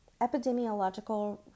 Epidemiological